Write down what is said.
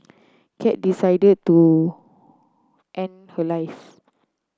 cat decided to end her life